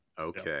Okay